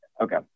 Okay